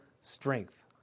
strength